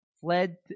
fled